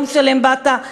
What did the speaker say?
יום שלם באת,